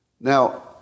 Now